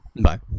Bye